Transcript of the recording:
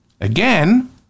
Again